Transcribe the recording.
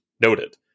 noted